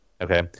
Okay